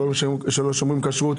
שלא שומרים כשרות,